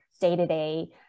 day-to-day